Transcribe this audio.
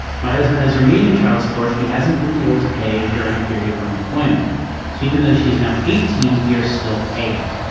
my husband has remaining child support. he hasn't been able to pay during a period of unemployment so even though she is now eighteen we are still paying.